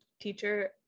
teacher